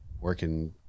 working